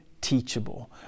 teachable